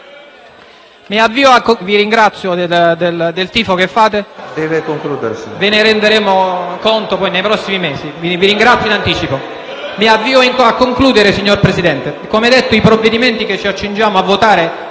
Mi avvio a concludere, signor Presidente.